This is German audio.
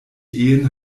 ehen